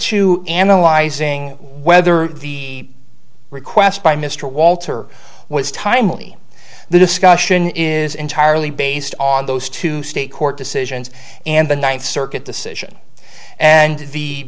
to analyzing whether the request by mr walter was timely the discussion is entirely based on those two state court decisions and the ninth circuit decision and the